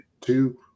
two